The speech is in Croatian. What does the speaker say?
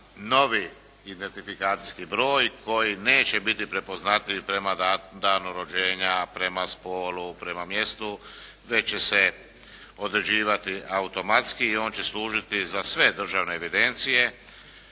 novi identifikacijski broj koji neće biti prepoznatljiv prema danu rođenja, prema spolu, prema mjestu već će se određivati automatski i on će služiti za sve državne evidencije